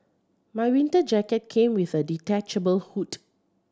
my winter jacket came with a detachable hood